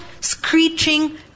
screeching